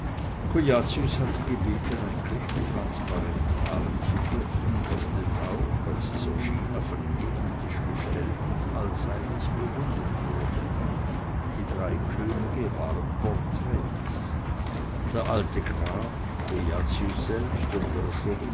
cujacius hatte gebeten ein krippentransparent malen zu dürfen was denn auch als es erschien auf einen nebentisch gestellt und allseitig bewundert wurde die drei könige waren porträts der alte graf cujacius selbst und